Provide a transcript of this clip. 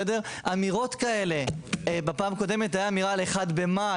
אמירות כאלה בפעם הקודמת הייתה אמירה על אחד במאי,